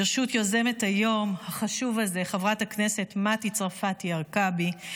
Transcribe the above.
ברשות יוזמת היום החשוב הזה חברת הכנסת מטי צרפתי הרכבי.